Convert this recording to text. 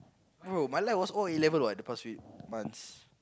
oh my life was all eleven what the past week months